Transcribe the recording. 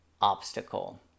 obstacle